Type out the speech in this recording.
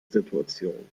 situation